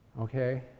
Okay